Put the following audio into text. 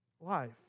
Life